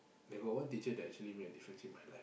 there got one teacher that actually made a different thing my life